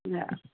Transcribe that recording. हा